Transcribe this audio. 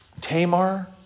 Tamar